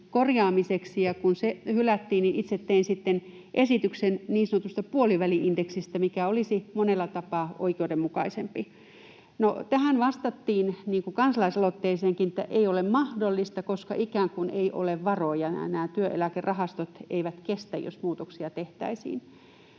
korjaamiseksi, niin kun se hylättiin, myös itse tein esityksen niin sanotusta puoliväli-indeksistä, mikä olisi monella tapaa oikeudenmukaisempi. No, tähän vastattiin niin kuin kansalaisaloitteeseenkin, että ei ole mahdollista, koska ikään kuin ei ole varoja, eli työeläkerahastot eivät kestäisi, jos muutoksia tehtäisiin.